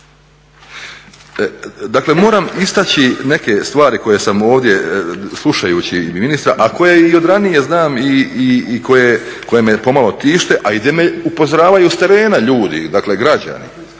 Dakle, moram istaći neke stvari koje sam ovdje slušajući ministra, a koje i od ranije znam i koje me pomalo tište, ali me upozoravaju i s terena ljudi, dakle građani.